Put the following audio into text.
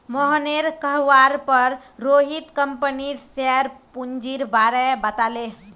मोहनेर कहवार पर रोहित कंपनीर शेयर पूंजीर बारें बताले